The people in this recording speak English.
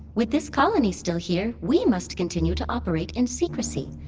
with this colony still here we must continue to operate in secrecy.